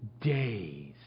days